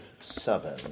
seven